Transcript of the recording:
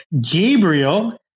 Gabriel